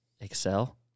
Excel